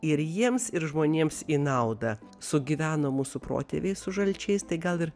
ir jiems ir žmonėms į naudą sugyveno mūsų protėviai su žalčiais tai gal ir